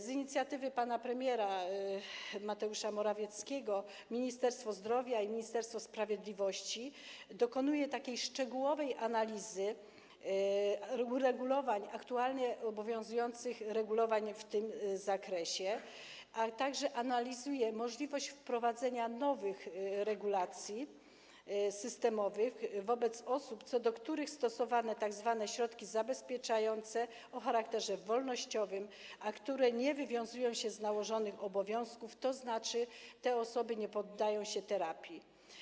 Z inicjatywy pana premiera Mateusza Morawieckiego Ministerstwo Zdrowia i Ministerstwo Sprawiedliwości dokonują szczegółowej analizy aktualnie obowiązujących uregulowań w tym zakresie, a także analizują możliwość wprowadzenia nowych regulacji systemowych dotyczących osób, wobec których stosowane są tzw. środki zabezpieczające o charakterze wolnościowym, a które nie wywiązują się z nałożonych obowiązków, tzn. nie poddają się terapii.